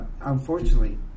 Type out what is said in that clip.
unfortunately